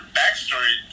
backstory